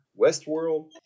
Westworld